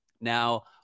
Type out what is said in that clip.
Now